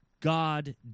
God